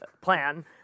plan